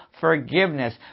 forgiveness